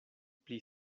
pli